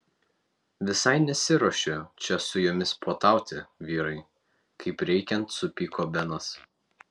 visai nesiruošiu čia su jumis puotauti vyrai kaip reikiant supyko benas